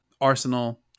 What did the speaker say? Arsenal